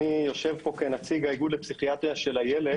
אני יושבת פה כנציג האיגוד לפסיכיאטריה של הילד,